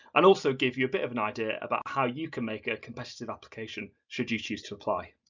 and also give you a bit of an idea about how you can make a competitive application should you choose to apply.